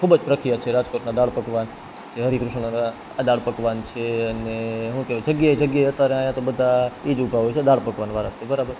ખૂબ જ પ્રખ્યાત છે રાજકોટના દાળ પકવાન જે હરિ કૃષ્ણ દાળ પકવાન છે અને શું કહેવું જગ્યાએ જગ્યાએ અત્યારે અહીંયા તો બધા એજ ઊભા હોય છે દાળ પકવાન વાળા તો બરાબર